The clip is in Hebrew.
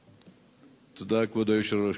תודה, כבוד היושב-ראש.